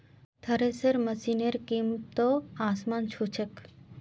thresher मशिनेर कीमत त आसमान छू छेक